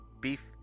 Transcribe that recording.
beef